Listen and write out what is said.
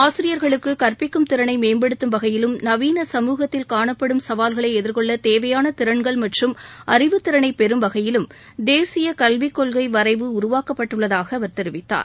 ஆசிரியர்களுக்கு கற்பிக்கும் திறளை மேம்படுத்தும் வகையிலும் நவீன சமூகத்தில் காணப்படும் சவால்களை எதிர்கொள்ள தேவையான திறன்கள் மற்றும் அறிவுத்திறனை பெறும் வகையிலும் தேசிய கல்விக்கொள்கை வரைவு உருவாக்கப்பட்டுள்ளதாக அவர் தெரிவித்தார்